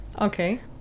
Okay